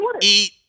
eat